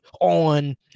on